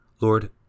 Lord